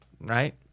right